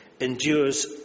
endures